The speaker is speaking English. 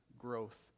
growth